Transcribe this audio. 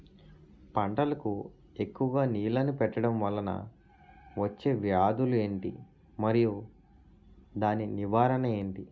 పంటలకు ఎక్కువుగా నీళ్లను పెట్టడం వలన వచ్చే వ్యాధులు ఏంటి? మరియు దాని నివారణ ఏంటి?